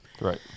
Right